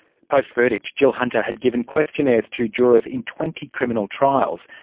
post-verdict, jill hunter had given questionnaires to jurors in twenty criminal trials,